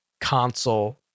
console